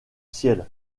ciel